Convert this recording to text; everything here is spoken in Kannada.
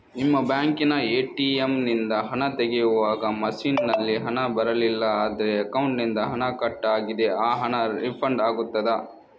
ನಿಮ್ಮ ಬ್ಯಾಂಕಿನ ಎ.ಟಿ.ಎಂ ನಿಂದ ಹಣ ತೆಗೆಯುವಾಗ ಮಷೀನ್ ನಲ್ಲಿ ಹಣ ಬರಲಿಲ್ಲ ಆದರೆ ಅಕೌಂಟಿನಿಂದ ಹಣ ಕಟ್ ಆಗಿದೆ ಆ ಹಣ ರೀಫಂಡ್ ಆಗುತ್ತದಾ?